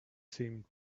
seemed